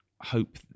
hope